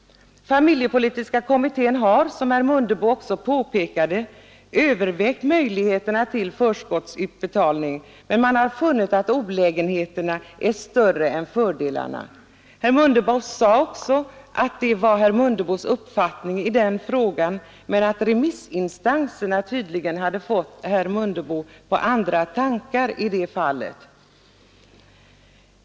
Familjepolitiska kommittén har, som herr Mundebo också påpekade, övervägt möjligheterna till förskottsutbetalning, men den har funnit att olägenheterna är större än fördelarna. Herr Mundebo sade att det också var hans uppfattning i den frågan, men remissinstanserna hade tydligen fått honom på andra tankar.